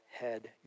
head